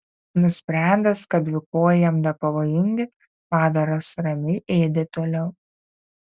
nusprendęs kad dvikojai jam nepavojingi padaras ramiai ėdė toliau